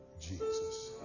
Jesus